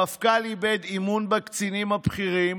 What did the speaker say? המפכ"ל איבד אמון בקצינים הבכירים,